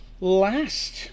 last